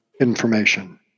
information